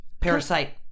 Parasite